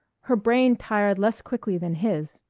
her brain tired less quickly than his.